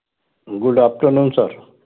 good afternoon sir